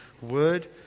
word